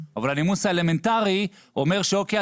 אבל הנימוס האלמנטרי אומר שאוקיי,